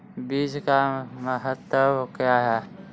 बीज का महत्व क्या है?